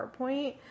PowerPoint